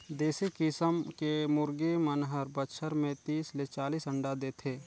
देसी किसम के मुरगी मन हर बच्छर में तीस ले चालीस अंडा देथे